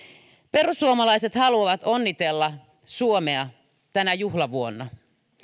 perussuomalaiset haluavat onnitella suomea tänä juhlavuonna